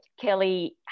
Kelly